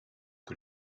que